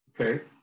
okay